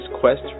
quest